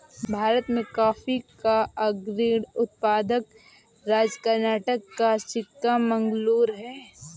भारत में कॉफी का अग्रणी उत्पादक राज्य कर्नाटक का चिक्कामगलूरू है